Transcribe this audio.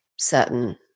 certain